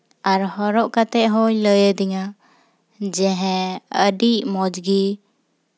ᱟᱨ ᱦᱚᱨᱚᱜ ᱠᱟᱛᱮᱫ ᱦᱚᱭ ᱞᱟᱹᱭ ᱫᱤᱧᱟ ᱡᱮ ᱦᱮᱸ ᱟᱹᱰᱤ ᱢᱚᱡᱽ ᱜᱮ